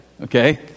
okay